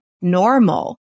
normal